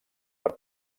per